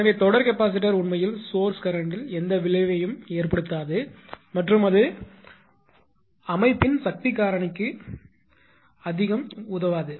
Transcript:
எனவே தொடர் கெபாசிட்டர் உண்மையில் சோர்ஸ் கரண்ட்டில் எந்த விளைவையும் ஏற்படுத்தாது மற்றும் அது அமைப்பின் சக்தி காரணிக்கு அதிகம் மேம்படுத்தாது